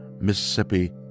Mississippi